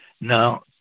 Now